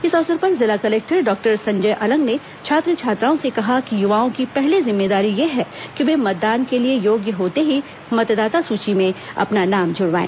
इस अवसर पर जिला कलेक्टर डॉक्टर संजय अलंग ने छात्र छात्राओं से कहा कि युवाओं की पहली जिम्मेदारी यह है कि वे मतदान के लिए योग्य होते ही मतदाता सूची में अपना नाम जुड़वाए